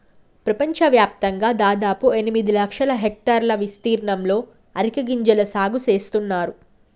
పెపంచవ్యాప్తంగా దాదాపు ఎనిమిది లక్షల హెక్టర్ల ఇస్తీర్ణంలో అరికె గింజల సాగు నేస్తున్నారు